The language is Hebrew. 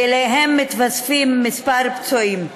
ואליהם מתווספים כמה פצועים.